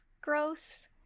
gross